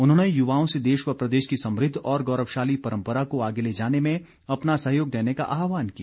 उन्होंने युवाओं से देश व प्रदेश की समुद्ध और गौरवशाली परम्परा को आगे ले जाने में अपना सहयोग देने का आहवान किया